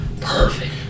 Perfect